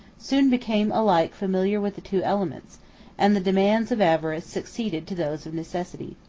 soon became alike familiar with the two elements and the demands of avarice succeeded to those of necessity.